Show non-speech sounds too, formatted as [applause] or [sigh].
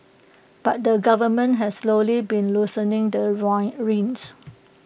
but the government has slowly been loosening the [unintelligible] reins